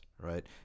right